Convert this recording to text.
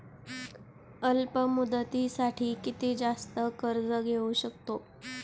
अल्प मुदतीसाठी किती जास्त कर्ज घेऊ शकतो?